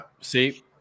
see